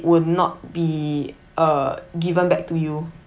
will not be uh given back to you